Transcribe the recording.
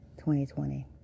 2020